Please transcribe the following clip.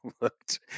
looked